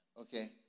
Okay